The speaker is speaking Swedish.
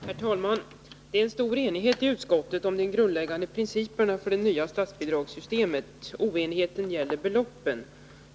Herr talman! Det är stor enighet i utskottet om de grundläggande principerna för det nya statsbidragssystemet. Oenigheten gäller beloppen.